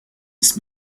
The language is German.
ist